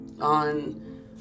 on